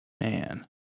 Man